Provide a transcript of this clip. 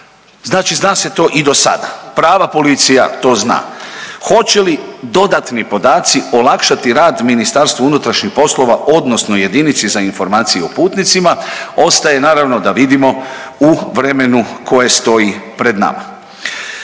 znači zna se to i dosada. Prava policija to zna. Hoće li dodatni podaci olakšati rad MUP-u odnosno Jedinici za informaciju o putnicima ostaje naravno da vidimo u vremenu koje stoji pred nama.